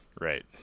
right